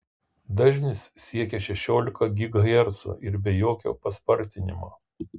dažnis siekia šešiolika gigahercų ir be jokio paspartinimo